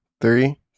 Three